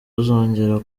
uzongera